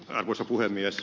arvoisa puhemies